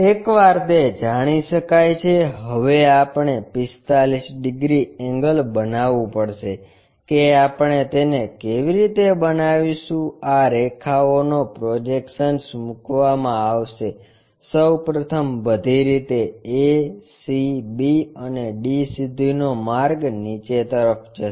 એકવાર તે જાણી શકાય છે હવે આપણે 45 ડિગ્રી એંગલ બનાવવું પડશે કે આપણે તેને કેવી રીતે બનાવીશું આ રેખાઓનો પ્રોજેક્શન્સ મૂકવામાં આવશે સૌ પ્રથમ બધી રીતે a c b અને d સુધીનો માર્ગ નિચે તરફ જશે